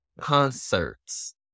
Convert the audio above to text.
Concerts